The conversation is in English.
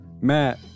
Matt